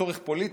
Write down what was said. צורך פוליטי,